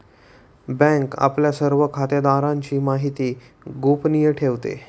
bank आपल्या सर्व खातेदारांची माहिती गोपनीय ठेवते